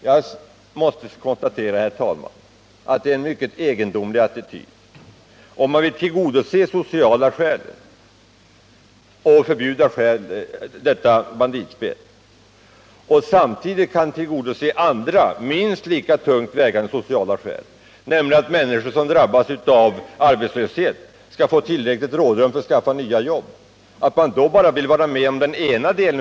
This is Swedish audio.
Jag måste konstatera att utskottsmajoriteten intar en mycket egendomlig attityd, när man vill tillgodose sociala skäl genom att förbjuda banditspel men samtidigt underlåter att tillgodose andra minst lika tungt vägande sociala skäl, nämligen att människor som drabbas av arbetslöshet måste få tillräckligt rådrum för att skaffa nya jobb. Det är egendomligt att man vill vara med om bara den ena delen.